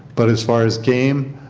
but as far as game,